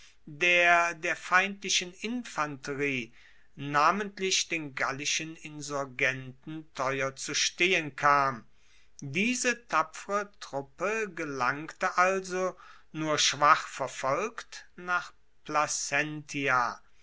der der feindlichen infanterie namentlich den gallischen insurgenten teuer zu stehen kam diese tapfere truppe gelangte also nur schwach verfolgt nach placentia